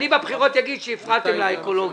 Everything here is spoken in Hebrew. אני בבחירות אגיד שהפרעתם לאקולוגיה.